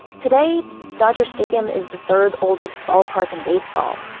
today, dodger stadium is the third oldest ballpark in baseball.